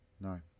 No